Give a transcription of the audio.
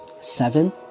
Seven